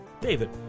David